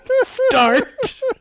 Start